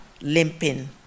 limping